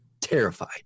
Terrified